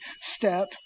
step